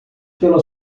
pela